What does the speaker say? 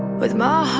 with my